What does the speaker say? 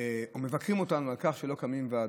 או מבקרים אותנו על כך שלא קמות ועדות.